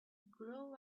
grow